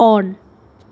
on